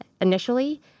initially